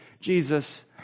Jesus